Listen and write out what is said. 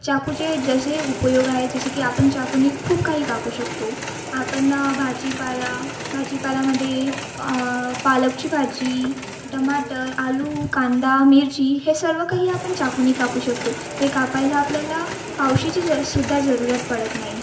चाकूचे जसे उपयोग आहे जसे की आपण चाकूनी खूप काही कापू शकतो आपण भाजीपाला भाजीपालामध्ये पालकची भाजी टमाटर आलू कांदा मिरची हे सर्व काही आपण चाकूनी कापू शकतो ते कापायला आपल्याला पावशीचीज सुद्धा जरूरत पडत नाही